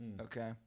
Okay